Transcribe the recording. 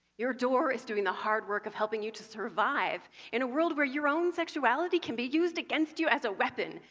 your door is doing the hard work of helping you to survive in a world where your own sexuality can be used against you as a weapon,